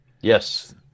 yes